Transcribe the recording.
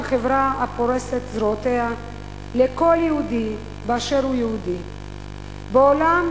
חברה הפורסת זרועותיה לכל יהודי באשר הוא יהודי בעולם,